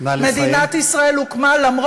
נא לסיים.